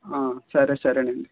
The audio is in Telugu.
ఆ సరే సరేనండి